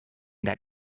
that